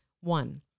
One